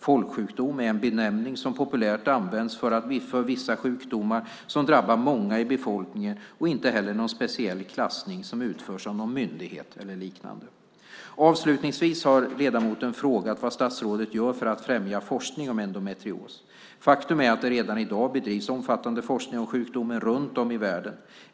Folksjukdom är en benämning som populärt används för vissa sjukdomar som drabbar många i befolkningen och inte någon speciell klassning som utförs av någon myndighet eller liknande. Avslutningsvis har ledamoten frågat vad statsrådet gör för att främja forskning om endometrios. Faktum är att det redan i dag bedrivs omfattande forskning om sjukdomen runt om i världen.